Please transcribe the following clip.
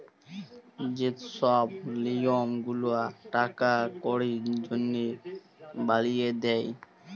যে ছব লিয়ম গুলা টাকা কড়ির জনহে বালিয়ে দে